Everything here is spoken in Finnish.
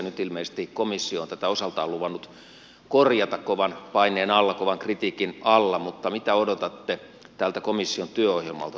nyt ilmeisesti komissio on tätä osaltaan luvannut korjata kovan paineen alla kovan kritiikin alla mutta mitä odotatte tältä komission työohjelmalta tulevana vuonna